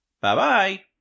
Bye-bye